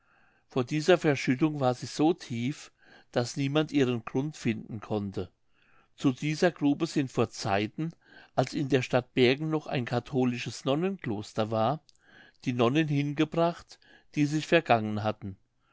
vor dieser verschüttung war sie so tief daß niemand ihren grund finden konnte zu dieser grube sind vor zeiten als in der stadt bergen noch ein katholisches nonnenkloster war die nonnen hingebracht die sich vergangen hatten